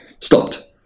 stopped